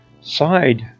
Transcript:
side